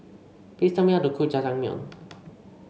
please tell me how to cook Jajangmyeon